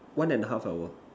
one and a half hour